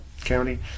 County